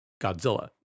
Godzilla